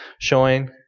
showing